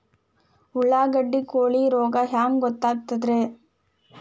ಉಳ್ಳಾಗಡ್ಡಿ ಕೋಳಿ ರೋಗ ಹ್ಯಾಂಗ್ ಗೊತ್ತಕ್ಕೆತ್ರೇ?